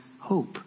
hope